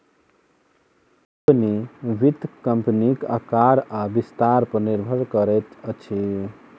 company, वित्त कम्पनीक आकार आ विस्तार पर निर्भर करैत अछि